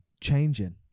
changing